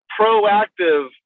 proactive